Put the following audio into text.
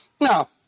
Now